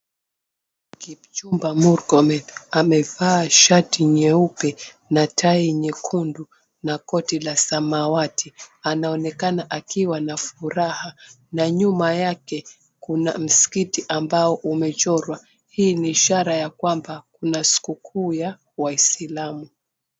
Kipchumba Murkomen amevaa shati nyeupe na tai nyekundu na koti la samawati anaonekana akiwa na furaha na nyuma yake kuna msikiti ambao umechorwa, hii ni ishara ya kwamba kuna siku kuu ya waislamu.